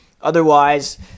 otherwise